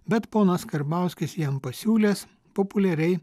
bet ponas karbauskis jam pasiūlęs populiariai